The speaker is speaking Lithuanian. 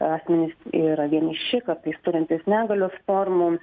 asmenys yra vieniši kartais turintys negalios formų